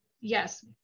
yes